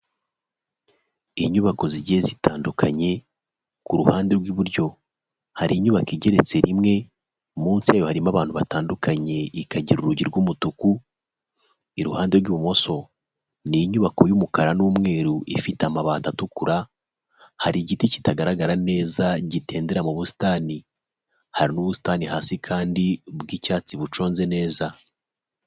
IInyubako zigiye zitandukanye ku ruhande rw'iburyo hari inyubako igeretse rimwe munsi harimo abantu batandukanye ikagira urugi rw'umutuku iruhande rw'ibumoso. Ni inyubako y'umukara n'umweru ifite amabati atukura, hari igiti kitagaragara neza gitendera mu busitani hari n'ubusitani hasi kandi bw'icyatsi buconze neza.